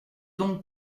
donc